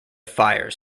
fires